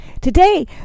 Today